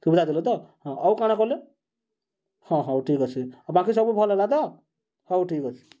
ସୁବିଧା ଦେଲେ ତ ହଁ ଆଉ କାଣା କଲେ ହଁ ହଉ ଠିକ୍ ଅଛି ଆଉ ବାକି ସବୁ ଭଲ୍ ହେଲା ତ ହଉ ଠିକ୍ ଅଛି